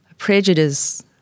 Prejudice